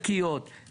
החזקים,